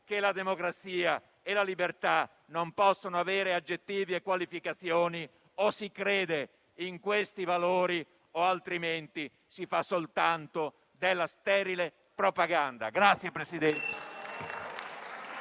che la democrazia e la libertà non possono avere aggettivi e qualificazioni: o si crede in questi valori o, altrimenti, si fa soltanto sterile propaganda.